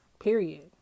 period